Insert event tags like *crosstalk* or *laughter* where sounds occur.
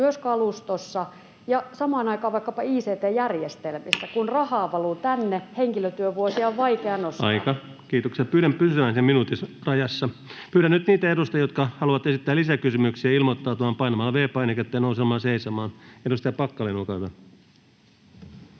myös kalustossa ja samaan aikaan vaikkapa ict-järjestelmissä. *noise* Kun rahaa valuu tänne, henkilötyövuosia on vaikea nostaa. [Puhemies: Aika!] Kiitoksia. — Pyydän pysymään siinä minuutin rajassa. Pyydän nyt niitä edustajia, jotka haluavat esittää lisäkysymyksiä, ilmoittautumaan painamalla V-painiketta ja nousemalla seisomaan. — Edustaja Packalén, olkaa hyvä.